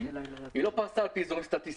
היא לא פרסה על פי אזורים סטטיסטיים.